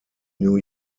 new